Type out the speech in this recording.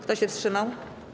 Kto się wstrzymał?